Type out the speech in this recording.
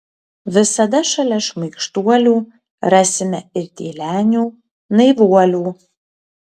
visada šalia šmaikštuolių rasime ir tylenių naivuolių